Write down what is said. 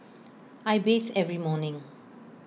I bathe every morning